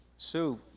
Sue